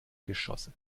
geschosse